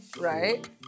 Right